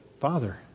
father